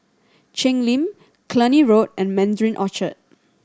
Cheng Lim Cluny Road and Mandarin Orchard